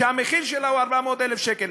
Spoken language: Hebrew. שהמחיר שלה הוא 400,000 שקל.